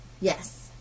Yes